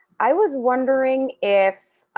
i was wondering if